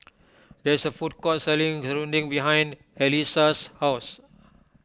there is a food court selling Serunding behind Allyssa's house